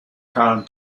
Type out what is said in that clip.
khan